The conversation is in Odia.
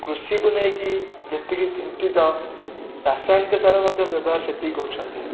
କୃଷିକୁ ନେଇକି ଯେତିକି ଚିନ୍ତିତ ରାସାୟନିକ ସାର ମଧ୍ୟ ବ୍ୟବହାର ସେତିକି କରୁଛନ୍ତି